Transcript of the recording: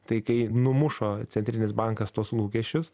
tai kai numušo centrinis bankas tuos lūkesčius